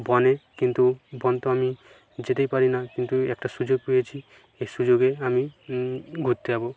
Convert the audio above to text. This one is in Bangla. বনে কিন্তু বন তো আমি যেতেই পারি না কিন্তু একটা সুযোগ পেয়েছি এই সুযোগে আমি ঘুরতে যাবো